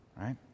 Right